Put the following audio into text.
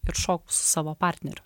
ir šokau su savo partneriu